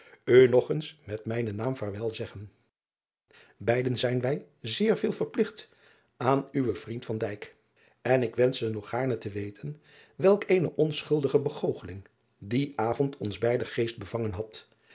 u nog eens met mijnen naam vaarwel zeggen eiden zijn wij zeer veel verpligt aan uwen vriend n ik wenschte nog gaarne te weten welk eene onschuldige begoocheling dien avond ons beider geest bevangen had